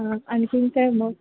हां आणखी काय मग